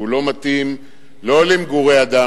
הוא לא מתאים לא למגורי אדם,